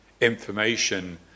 information